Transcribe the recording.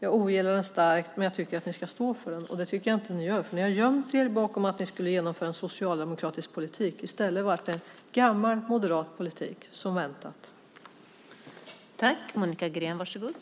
Jag ogillar den starkt, men jag tycker att ni ska stå för den. Det tycker jag inte att ni gör. Ni har gömt er bakom att ni skulle genomföra en socialdemokratisk politik. I stället blev det, som väntat, gammal moderat politik.